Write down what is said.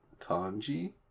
kanji